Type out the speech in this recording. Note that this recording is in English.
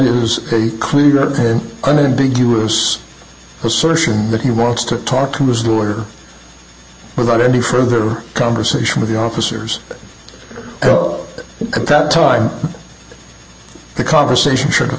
news clear and unambiguous assertion that he wants to talk to those who are without any further conversation with the officers at that time the conversation should've